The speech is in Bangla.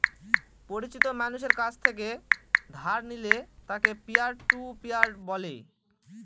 পরিচিত মানষের কাছ থেকে ধার নিলে তাকে পিয়ার টু পিয়ার বলে